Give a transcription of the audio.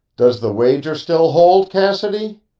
does the wager still hold, cassidy?